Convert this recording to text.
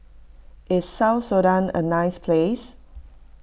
is South Sudan a nice place